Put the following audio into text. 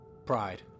Pride